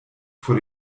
vor